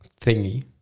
thingy